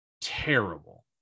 terrible